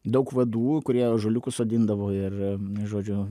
daug vadų kurie ąžuoliukų sodindavo ir žodžiu